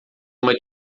uma